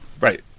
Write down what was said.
Right